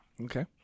Okay